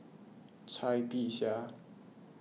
Cai Bixia